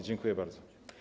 Dziękuję bardzo.